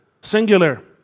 singular